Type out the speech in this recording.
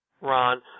Ron